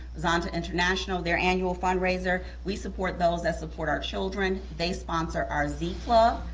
zonta international, their annual fundraiser, we support those that support our children. they sponsor our z club,